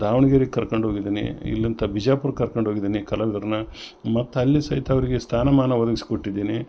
ದಾವಣ್ಗೆರೆ ಕರ್ಕೊಂಡು ಹೋಗಿದ್ದೀನಿ ಇಲ್ಲಂತ ಬಿಜಾಪುರ ಕರ್ಕೊಂಡು ಹೋಗಿದ್ದೀನಿ ಕಲಾವಿದರನ್ನ ಮತ್ತು ಅಲ್ಲಿ ಸಹಿತ ಅವರಿಗೆ ಸ್ಥಾನಮಾನ ಒದಗಿಸಿಕೊಟ್ಟಿದ್ದೀನಿ